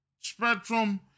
Spectrum